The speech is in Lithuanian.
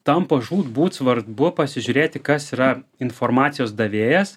tampa žūtbūt svarbu pasižiūrėti kas yra informacijos davėjas